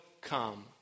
come